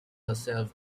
herself